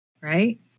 Right